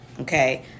Okay